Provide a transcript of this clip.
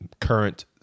current